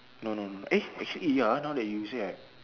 no no no eh actually eh ya now that you say right